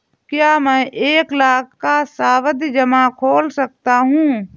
क्या मैं एक लाख का सावधि जमा खोल सकता हूँ?